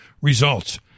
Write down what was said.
Results